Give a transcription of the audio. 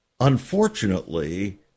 Unfortunately